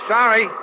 Sorry